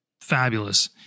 fabulous